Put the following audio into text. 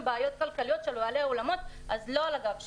בעיות כלכליות של בעלי האולמות לא על הגב שלנו.